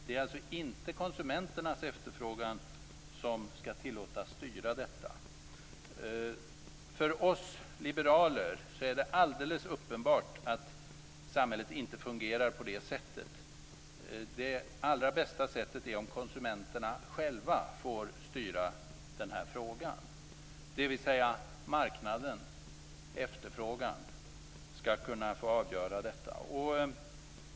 Det är inte konsumenternas efterfrågan som skall tillåtas styra. För oss liberaler är det alldeles uppenbart att samhället inte fungerar på det sättet. Det allra bästa är om konsumenterna själva får styra i den här frågan, dvs. marknaden, efterfrågan, skall kunna få avgöra detta.